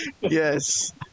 Yes